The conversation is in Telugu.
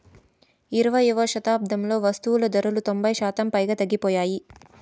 ఇరవైయవ శతాబ్దంలో వస్తువులు ధరలు తొంభై శాతం పైగా తగ్గిపోయాయి